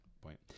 point